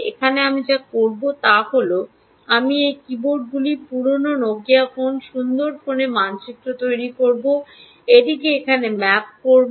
এখানে আমি যা করব তা হল আমি এই কীবোর্ডগুলি পুরানো নোকিয়া ফোন সুন্দর ফোনে মানচিত্র তৈরি করব এটিকে এখানে ম্যাপ করব